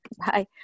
Bye